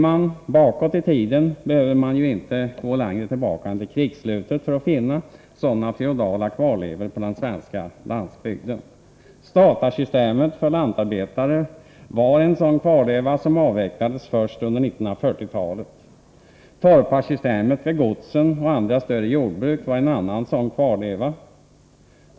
Man behöver inte gå längre tillbaka i tiden än till krigsslutet för att finna sådana feodala kvarlevor på den svenska landsbygden. Statarsystemet för lantarbetare, som avvecklades först under 1940-talet, var ett exempel på en sådan. Torparsystemet vid godsen och andra större jordbruk var en annan sådan kvarleva.